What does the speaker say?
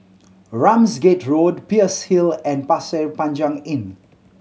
Ramsgate Road Peirce Hill and Pasir Panjang Inn